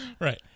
right